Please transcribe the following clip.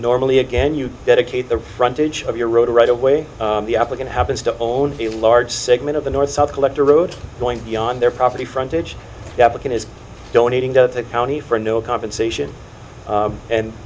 normally again you dedicate the frontage of your road right away the applicant happens to own a large segment of the north south collector road going beyond their property frontage the applicant is donating to the county for no compensation